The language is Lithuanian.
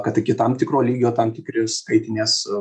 kad iki tam tikro lygio tam tikri skaitinės